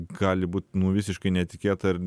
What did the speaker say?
gali būt nu visiškai netikėta ir